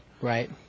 Right